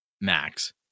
Max